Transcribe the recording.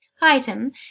Item